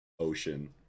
ocean